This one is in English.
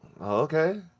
okay